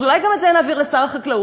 אז אולי גם את זה נעביר לשר החקלאות?